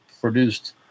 produced